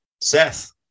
Seth